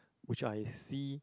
which I see